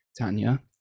Tanya